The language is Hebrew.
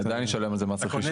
אני עדיין אשלם על זה מס רכישה.